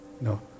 No